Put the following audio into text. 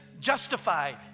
justified